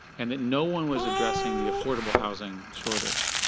and that no one was addressing the affordable housing shortage.